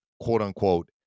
quote-unquote